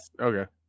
okay